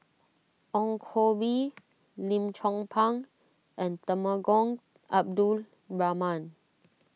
Ong Koh Bee Lim Chong Pang and Temenggong Abdul Rahman